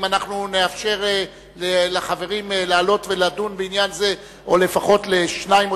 אם אנחנו נאפשר לחברים לעלות ולדון בעניין זה או לפחות לשניים